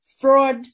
fraud